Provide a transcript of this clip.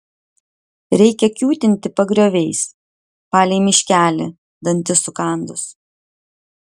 reikia kiūtinti pagrioviais palei miškelį dantis sukandus